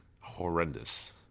horrendous